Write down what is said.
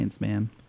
man